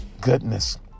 goodness